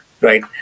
right